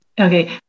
Okay